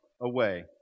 away